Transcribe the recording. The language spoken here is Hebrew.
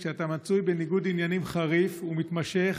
כשאתה מצוי בניגוד עניינים חריף ומתמשך